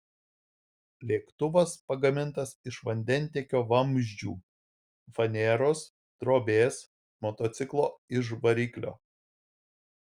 lėktuvas pagamintas iš vandentiekio vamzdžių faneros drobės motociklo iž variklio